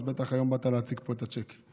אז בטח היום באת להציג פה את הצ'ק.